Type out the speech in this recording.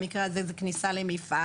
במקרה הזה זה כניסה למפעל,